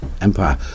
empire